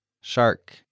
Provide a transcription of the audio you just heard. Shark